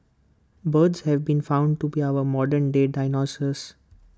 birds have been found to be our modern day dinosaurs